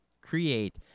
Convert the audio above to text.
create